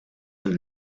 een